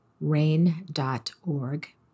RAIN.org